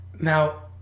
Now